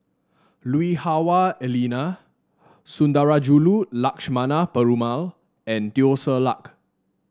Lui Hah Wah Elena Sundarajulu Lakshmana Perumal and Teo Ser Luck